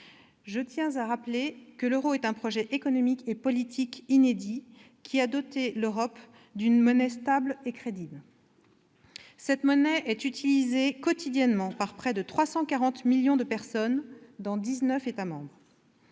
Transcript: Je tiens à rappeler que l'euro est un projet économique et politique inédit, qui a doté l'Europe d'une monnaie stable et crédible. Cette monnaie est utilisée quotidiennement par près de 340 millions de personnes dans 19 États membres.